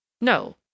No